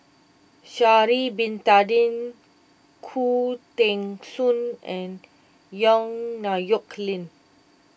Sha'ari Bin Tadin Khoo Teng Soon and Yong Nyuk Lin